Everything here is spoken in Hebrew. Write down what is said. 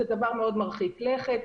זה דבר מאוד מרחיק לכת,